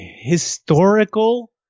historical—